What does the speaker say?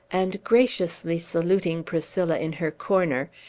and graciously saluting priscilla in her corner,